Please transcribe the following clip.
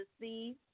see